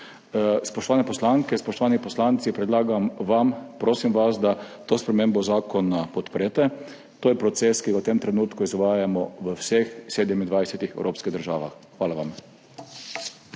Spoštovane poslanke, spoštovani poslanci, predlagam vam, prosim vas, da to spremembo zakona podprete. To je proces, ki ga v tem trenutku izvajamo v vseh 27. evropskih državah. Hvala vam.